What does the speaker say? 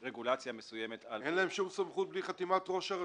רגולציה מסוימת על --- אין להם שום סמכות בלי חתימת ראש הרשות.